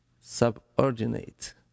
subordinate